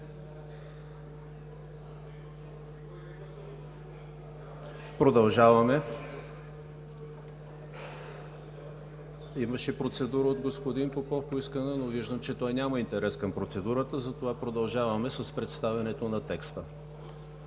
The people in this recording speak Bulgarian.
предложението. Имаше процедура, поискана от господин Попов, но виждам, че той няма интерес към процедурата, затова продължаваме с представянето на текста.